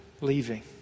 leaving